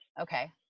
Okay